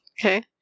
Okay